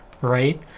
right